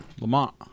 Lamont